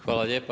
Hvala lijepa.